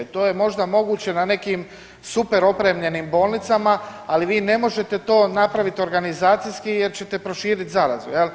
To je možda moguće na nekim super opremljenim bolnicama, ali vi ne možete to napraviti organizacijski jer ćete proširiti zarazu, je li?